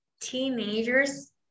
teenagers